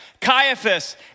Caiaphas